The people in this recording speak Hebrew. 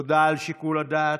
תודה על שיקול הדעת,